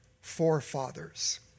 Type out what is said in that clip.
forefathers